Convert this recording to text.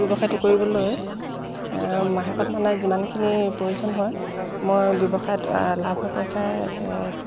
ব্যৱসায়টো কৰিবলৈ মাহেকত মানে যিমানখিনি প্ৰয়োজন হয় মই ব্যৱসায়ত লাভ হোৱা পইচাই